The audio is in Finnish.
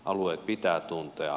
alueet pitää tuntea